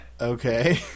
Okay